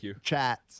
chat